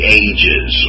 ages